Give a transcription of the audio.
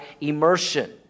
immersion